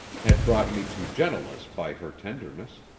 had brought me to gentleness by her tenderness.